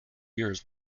years